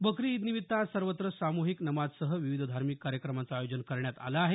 बकरी ईद निमित्त आज सर्वत्र साम्हिक नमाजसह विविध धार्मिक कार्यक्रमांचं आयोजन करण्यात आलं आहे